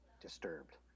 disturbed